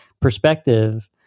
perspective